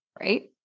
right